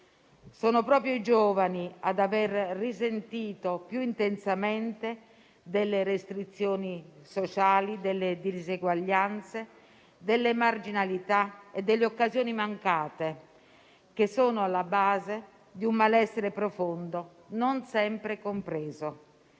Sono proprio i giovani ad aver risentito più intensamente delle restrizioni sociali, delle diseguaglianze, delle marginalità e delle occasioni mancate che sono alla base di un malessere profondo, non sempre compreso.